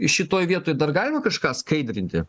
šitoj vietoj dar galima kažką skaidrinti